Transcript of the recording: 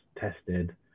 tested